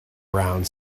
around